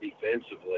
defensively